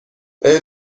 آیا